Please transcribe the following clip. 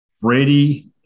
Brady